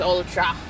Ultra